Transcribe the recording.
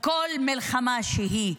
בכל מלחמה שהיא,